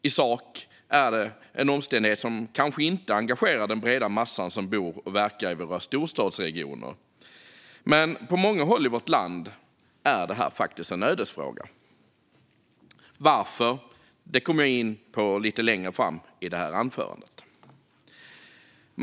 I sak är detta en omständighet som kanske inte engagerar den breda massan som bor och verkar i våra storstadsregioner, men på många håll i vårt land är det här faktiskt en ödesfråga - varför kommer jag in på lite längre fram i det här anförandet.